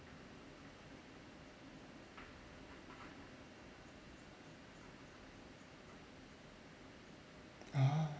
ah